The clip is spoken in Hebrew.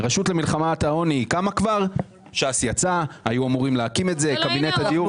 רשות למלחמה בעוני את כל זה אין בתקציב.